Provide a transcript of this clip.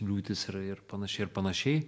liūtys yra ir panašiai ir panašiai